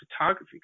photography